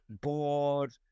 bored